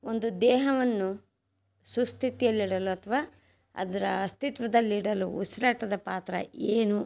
ಒಂದು ದೇಹವನ್ನು ಸುಸ್ಥಿತಿಯಲ್ಲಿಡಲು ಅಥವಾ ಅದರ ಅಸ್ತಿತ್ವದಲ್ಲಿಡಲು ಉಸಿರಾಟದ ಪಾತ್ರ ಏನು